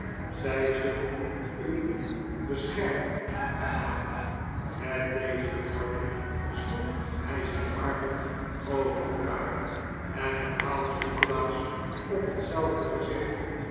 zij zullen u niet bede heer lenville offert zich op schermen knaap met deze woorden sloeg hij zijn armen over elkaar en onthaalde nikolaas op hetzelfde gezicht